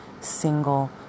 single